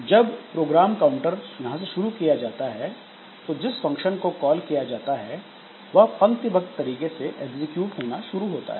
जब program counter यहां से शुरू किया जाता है तो जिस फंक्शन को कॉल किया जाता है वह पंक्ति बद्ध तरीके से एग्जीक्यूट होना शुरू होता है